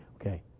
Okay